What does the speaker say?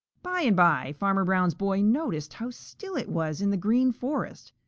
by and by farmer brown's boy noticed how still it was in the green forest.